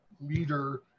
leader